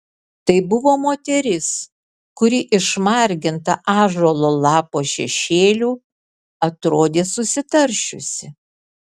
tai buvo moteris kuri išmarginta ąžuolo lapo šešėlių atrodė susitaršiusi